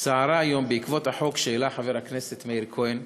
סערה היום בעקבות החוק שהעלה חבר הכנסת מאיר כהן.